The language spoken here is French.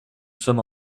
sommes